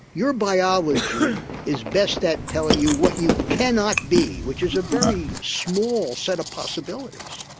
your biology is best at telling you what you cannot be, which is a very small set of possibilities.